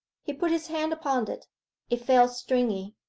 he put his hand upon it it felt stringy,